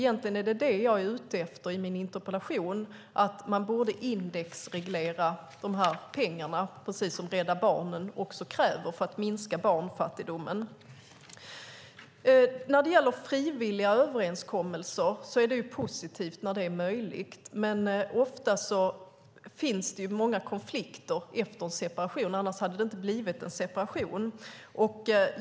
Det som jag är ute efter i min interpellation är att man borde indexreglera de här pengarna, precis som också Rädda Barnen kräver, för att minska barnfattigdomen. När det gäller frivilliga överenskommelser är det positivt när det är möjligt. Men ofta är det många konflikter efter en separation, annars hade det inte blivit en separation.